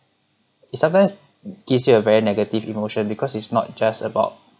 it sometimes gives you a very negative emotion because it's not just about